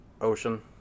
ocean